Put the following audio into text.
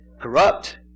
Corrupt